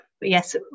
yes